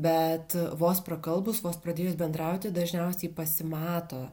bet vos prakalbus vos pradėjus bendrauti dažniausiai pasimato